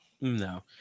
no